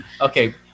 Okay